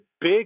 big